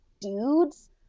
dudes